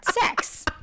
sex